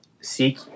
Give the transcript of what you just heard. seek